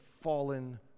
fallen